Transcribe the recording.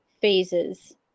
phases